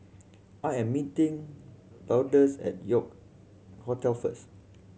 I am meeting Lourdes at York Hotel first